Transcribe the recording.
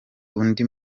undi